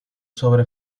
sobre